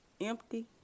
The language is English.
empty